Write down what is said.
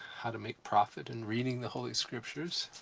how to make profite in reading the holy scriptures.